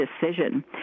decision